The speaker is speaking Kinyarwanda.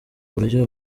buryo